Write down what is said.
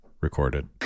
recorded